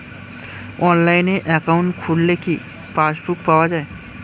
অনলাইনে একাউন্ট খুললে কি পাসবুক পাওয়া যায়?